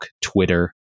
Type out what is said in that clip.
Twitter